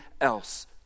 else